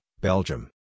Belgium